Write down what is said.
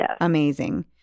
amazing